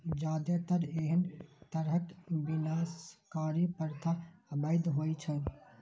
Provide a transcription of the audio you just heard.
जादेतर एहन तरहक विनाशकारी प्रथा अवैध होइ छै